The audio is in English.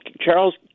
Charles